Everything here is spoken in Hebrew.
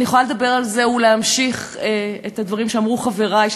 אני יכולה להמשיך את הדברים שאמרו חברי,